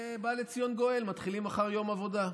ובא לציון גואל, מתחילים מחר יום עבודה.